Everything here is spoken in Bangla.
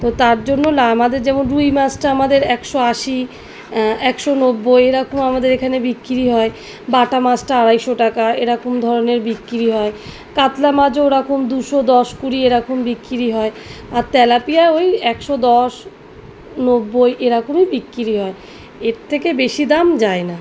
তো তার জন্য আমাদের যেমন রুই মাছটা আমাদের একশো আশি একশো নব্বই এরকম আমাদের এখানে বিক্রি হয় বাটা মাছটা আড়াইশো টাকা এরকম ধরনের বিক্রি হয় কাতলা মাছও ওরকম দুশো দশ কুড়ি এরকম বিক্রি হয় আর তেলাপিয়া ওই একশো দশ নব্বই এরকমই বিক্রি হয় এর থেকে বেশি দাম যায় না